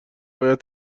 باید